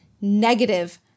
negative